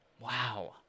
wow